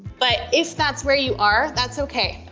but if that's where you are, that's okay.